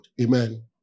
Amen